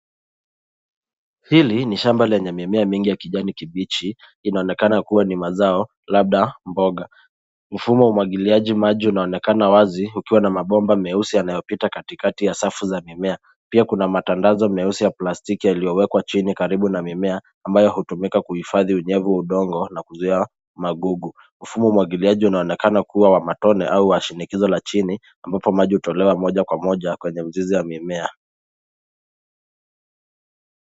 Hili ni shamba lenye mimea mingi ya kijani kibichi, inaonekana kuwa ni mazao, labda mboga. Mfumo umwagiliaji maji unaonekana wazi, ukiwa na mabomba meusi yanayopita katikati ya safu za mimea. Pia kuna matandazo meusi ya plastiki yaliyowekwa chini karibu na mimea, ambayo hutumika kuhifadhi unyevu wa udongo na kuzuia magugu. Mfumo umwagiliaji unaonekana kuwa wa matone au wa shinikizo la chini, ambapo maji hutolewa moja kwa moja kwenye mizizi ya mimea."